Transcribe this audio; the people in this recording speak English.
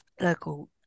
local